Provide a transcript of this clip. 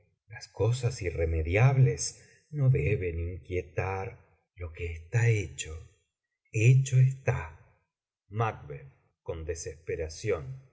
las cosas irremediables no deben inquietar lo que está hecho hecho está